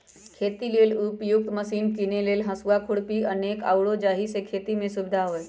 खेती लेल उपयुक्त मशिने कीने लेल हसुआ, खुरपी अनेक आउरो जाहि से खेति में सुविधा होय